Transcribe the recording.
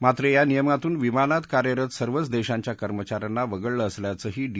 मात्र या नियमातून विमानातकार्यरत सर्वच देशांच्या कर्मचाऱ्यांना वगळलं असल्याचंही डी